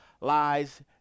lies